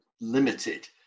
limited